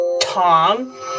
Tom